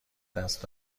دست